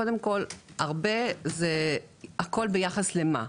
קודם כל, הכול ביחס למה.